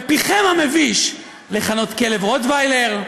בפיכם המביש, לכנות אותו כלב רוטוויילר,